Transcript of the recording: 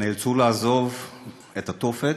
שנאלצו לעזוב את התופת,